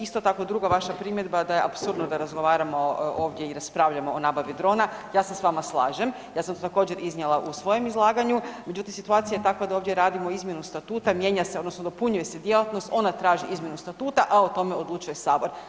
Isto tako, druga vaša primjedba da je apsurdno da razgovaramo ovdje i raspravljamo o nabavi drona, ja se s vama slažem, ja sam također iznijela u svojem izlaganju, međutim situacija je takva da ovdje radimo izmjenu statuta, mijenja se odnosno dopunjuje se djelatnost, ona traži izmjenu statuta a o tome odlučuje Sabor.